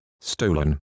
Stolen